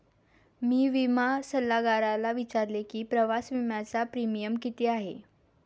मी विमा सल्लागाराला विचारले की प्रवास विम्याचा प्रीमियम किती आहे?